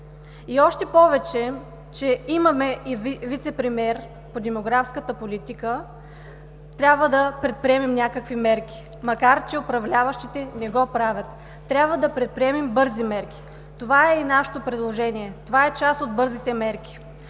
още повече че имаме и вицепремиер по демографската политика. Трябва да предприемем някакви мерки, макар че управляващите не го правят. Трябва да предприемем бързи мерки. Това е и нашето предложение. Това е част от бързите мерки.